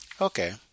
Okay